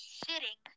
sitting